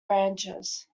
branches